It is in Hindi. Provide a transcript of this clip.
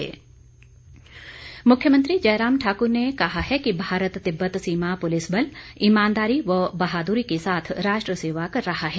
मुख्यमंत्री मुख्यमंत्री जयराम ठाकुर ने कहा है कि भारत तिब्बत सीमा पुलिस बल ईमानदारी व बहादुरी के साथ राष्ट्र सेवा कर रहा है